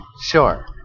Sure